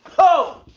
oh,